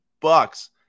bucks